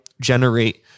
generate